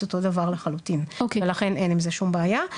אותו דבר לחלוטין ולכן אין עם זה שום בעיה.